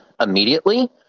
immediately